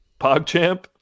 pogchamp